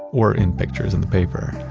or in pictures in the paper,